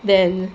then